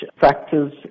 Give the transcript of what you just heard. factors